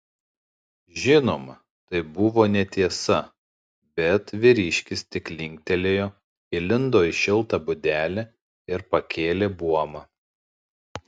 žinoma tai buvo netiesa bet vyriškis tik linktelėjo įlindo į šiltą būdelę ir pakėlė buomą